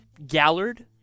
gallard